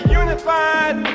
unified